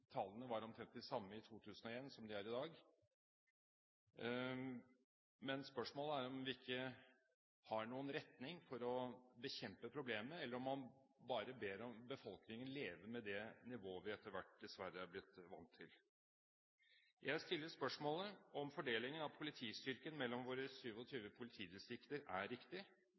i dag. Men spørsmålet er om man ikke har noen retning for å bekjempe problemet, eller om man bare ber befolkningen om å leve med det nivået vi etter hvert dessverre er blitt vant til. Jeg stiller spørsmål ved om fordelingen av politistyrken mellom våre 27 politidistrikter er riktig.